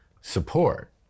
support